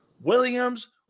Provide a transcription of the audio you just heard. Williams